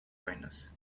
kindness